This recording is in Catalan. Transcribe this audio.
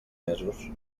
mesos